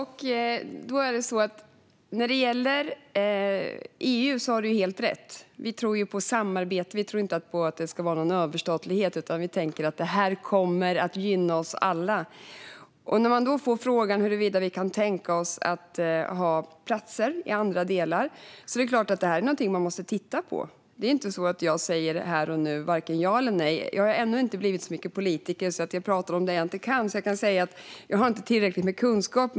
Herr talman! Tack, Adam! När det gäller EU har du helt rätt - vi tror på samarbete. Vi tror inte på överstatlighet, utan vi tänker att detta kommer att gynna oss alla. Jag fick frågan huruvida vi kan tänka oss att ha platser i andra länder. Det är klart att det är någonting man måste titta på. Här och nu säger jag varken ja eller nej. Jag har ännu inte blivit så mycket politiker att jag pratar om det jag inte kan, så jag kan säga att jag inte har tillräckligt med kunskap.